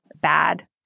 bad